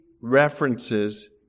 references